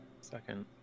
second